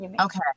Okay